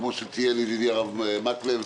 כמו שציין ידידי הרב מקלב,